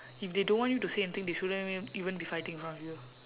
if they don't want you to say anything they shouldn't even be fighting in front of you